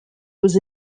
was